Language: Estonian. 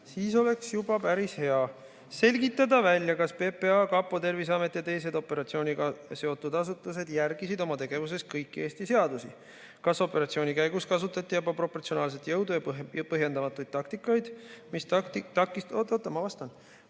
siis oleks juba päris hea. "Selgitada välja, kas PPA, kapo, Terviseamet ja teised operatsiooniga seotud asutused järgisid oma tegevuses kõiki Eesti seadusi; kas operatsiooni käigus kasutati ebaproportsionaalset jõudu või põhjendamatuid taktikaid, mis takistasid kodanikel oma